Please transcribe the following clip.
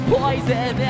poison